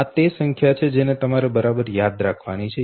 આ તે સંખ્યા છે જેને તમારે યાદ રાખવાની છે